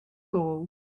gold